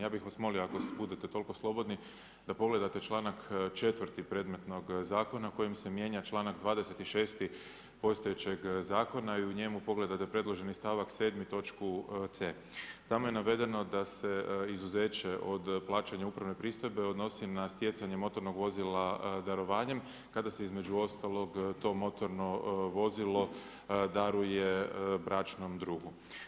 Ja bih vas molio ako budete toliko slobodni, da pogledate članak 4. predmetnog zakona kojim se mijenja članak 26. postojećeg zakona i u njemu pogledate predloženi stavak 7. točku c. Tamo je navedeno da se izuzeće od plaćanja upravne pristojbe odnosi na stjecanje motornog vozila darovanjem kada se između ostalog to motorno vozilo daruje bračnom drugu.